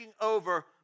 over